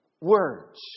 words